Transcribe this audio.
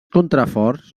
contraforts